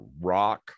rock